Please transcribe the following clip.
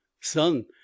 son